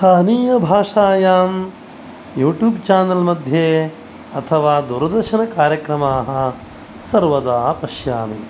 स्थानीयभाषायां YouTube channel मध्ये अथवा दूरदर्शनकार्यक्रमाः सर्वदा पश्यामि